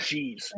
Jeez